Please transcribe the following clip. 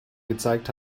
gezeigt